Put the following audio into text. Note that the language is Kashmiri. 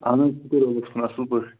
اَہَن حظ شُکُر رۅبَس کُن اَصٕل پٲٹھۍ